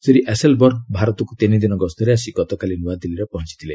ଶ୍ରୀ ଆସେଲବର୍ଷ୍ଣ ଭାରତକୁ ତିନି ଦିନ ଗସ୍ତରେ ଆସି ଗତକାଲି ନୂଆଦିଲ୍ଲୀରେ ପହଞ୍ଚିଥିଲେ